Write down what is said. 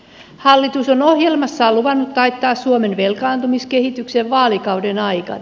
hallitus on ohjelmassaan luvannut taittaa suomen velkaantumiskehityksen vaalikauden aikana